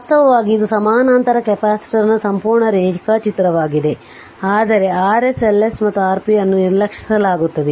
ವಾಸ್ತವವಾಗಿ ಇದು ಸಮಾನಾಂತರ ಕೆಪಾಸಿಟರ್ನ ಸಂಪೂರ್ಣ ರೇಖಾಚಿತ್ರವಾಗಿದೆ ಆದರೆ Rs Ls ಮತ್ತು Rp ಅನ್ನು ನಿರ್ಲಕ್ಷಿಸಲಾಗುತ್ತದೆ